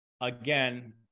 Again